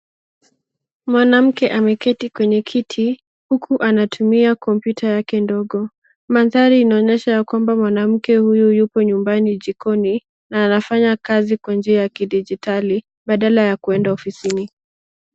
Mwanamke ameketi kwenye kiti huku anatumia kompyuta yake ndogo. Mandhari inaonyesha ya kwamba mwanamke huyu yupo nyumbani, jikoni na anafanya kazi kwa njia ya kidijitali badala ya kwenda ofisini.